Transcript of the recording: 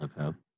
Okay